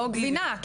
לא גבינה,